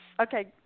okay